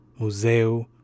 museu